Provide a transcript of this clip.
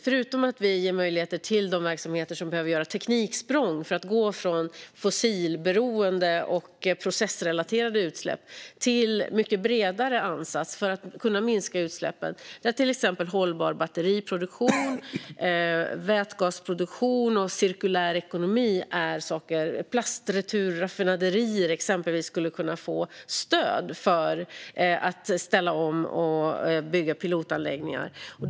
Förutom att vi ger möjligheter till de verksamheter som behöver göra tekniksprång för att gå från fossilberoende och processrelaterade utsläpp gör vi en bredare ansats för att kunna minska utsläppen, där till exempel hållbar batteriproduktion, vätgasproduktion, plastreturraffinaderier och cirkulär ekonomi är sådant som skulle kunna få stöd för pilotanläggningar.